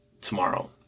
tomorrow